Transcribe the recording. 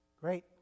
Great